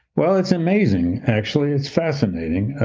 well, it's amazing. actually, it's fascinating.